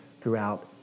throughout